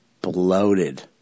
bloated